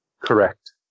Correct